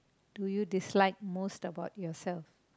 do you dislike most about yourself